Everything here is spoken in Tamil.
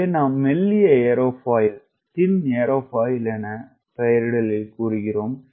இதுவே நாம் மெல்லிய ஏரோஃபாயில் என பெயரிடலில் கூறுகிறோம்